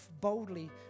boldly